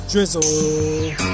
Drizzle